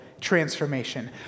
transformation